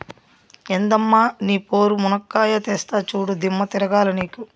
ఎందమ్మ నీ పోరు, మునక్కాయా తెస్తా చూడు, దిమ్మ తిరగాల నీకు